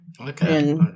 Okay